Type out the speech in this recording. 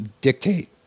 dictate